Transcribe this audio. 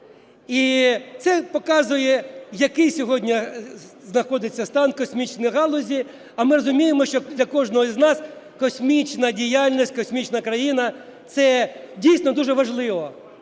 і це показує, який сьогодні знаходиться стан космічної галузі. А ми розуміємо, що для кожного з нас космічна діяльність, космічна країна – це дійсно дуже важливо.